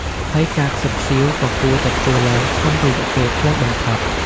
ហើយការខ្សឹបខ្សៀវក៏គួរតែធ្វើឡើងក្នុងរយៈពេលខ្លីបំផុតដែរ។